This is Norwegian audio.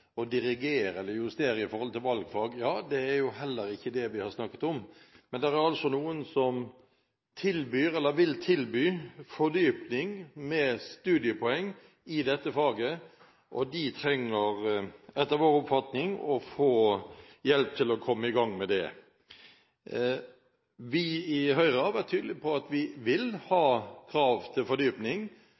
og dirigere eller justere i forhold til valgfag. Det er jo heller ikke det vi har snakket om. Men det er altså noen som tilbyr, eller vil tilby, fordypning med studiepoeng i dette faget, og de trenger etter vår oppfatning å få hjelp til å komme i gang med det. Vi i Høyre har vært tydelige på at vi vil ha krav til fordypning.